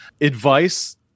Advice